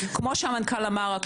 כמו שהמנכ"ל אמר,